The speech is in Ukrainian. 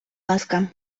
ласка